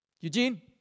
Eugene